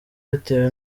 bitewe